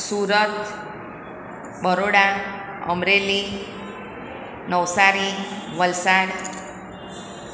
Surat Baroda Amreli Navsari Valsad